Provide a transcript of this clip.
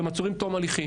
והם עצורים עד תום ההליכים,